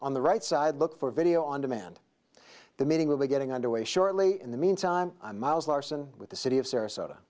on the right side look for video on demand the meeting will be getting underway shortly in the meantime miles larson with the city of sarasota